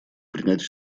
принять